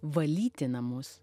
valyti namus